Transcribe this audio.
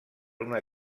una